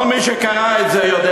כל מי שקרא את זה יודע.